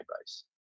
advice